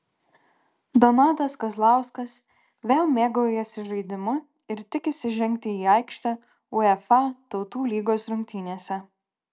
donatas kazlauskas vėl mėgaujasi žaidimu ir tikisi žengti į aikštę uefa tautų lygos rungtynėse